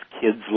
kids